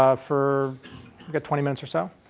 ah for we got twenty minutes or so?